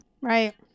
Right